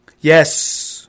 Yes